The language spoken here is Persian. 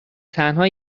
تنها